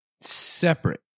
separate